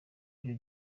ibyo